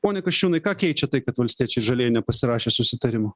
pone kasčiūnai ką keičia tai kad valstiečiai žalieji nepasirašė susitarimo